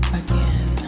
again